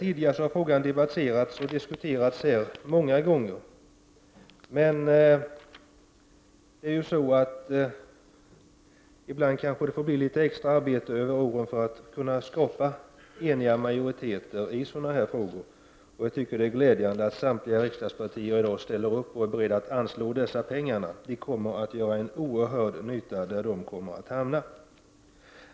Som jag sade har frågan diskuterats och debatterats här många gånger. Men ibland kanske det måste ske litet extra arbete under åren för att man skall kunna skapa en majoritet i sådana frågor. Och jag tycker att det är glädjande att samtliga partier i dag är beredda att anslå dessa pengar. Det kommer att göra oerhört stor nytta.